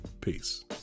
Peace